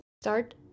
Start